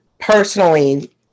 personally